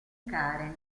karen